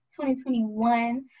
2021